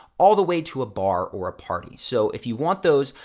all the way to a bar or a party. so, if you want those,